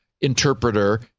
interpreter